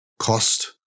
Cost